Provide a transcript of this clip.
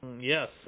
Yes